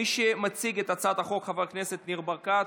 מי שמציג את הצעת החוק הוא חבר הכנסת ניר ברקת.